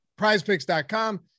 prizepicks.com